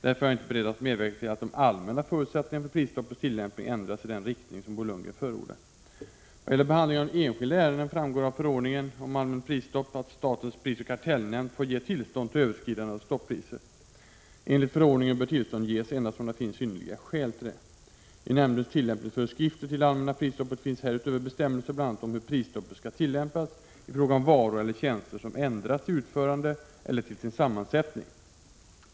Därför är jag inte beredd att medverka till att de allmänna förutsättningarna för prisstoppets tillämpning ändras i den riktning som Bo Lundgren förordar. Vad gäller behandlingen av enskilda ärenden framgår av förordningen om allmänt prisstopp att statens prisoch kartellnämnd får ge tillstånd till överskridande av stoppriser. Enligt förordningen bör tillstånd ges endast om det finns synnerliga skäl till det. I nämndens tillämpningsföreskrifter till det allmänna prisstoppet finns härutöver bestämmelser bl.a. om hur prisstoppet skall tillämpas i fråga om varor eller tjänster som ändrats i utförande eller till sin sammansättning.